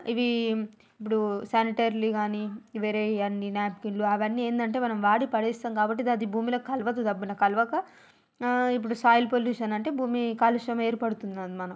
ఇవీ ఇప్పుడు శానిటర్లీ కాని వేరే అన్ని నేప్కిన్లు అవన్నీ ఏందంటే అవి మనం వాడి పడేస్తాం కాబట్టి దది భూమిలో కలవదు దబ్బున కలవక ఇప్పుడు సోయిల్ పొల్యూషన్ అంటే భూమి కాలుష్యం ఏర్పడుతుందది మనకు